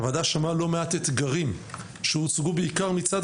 הוועדה שמעה לא מעט אתגרים שהוצגו בעיקר מצד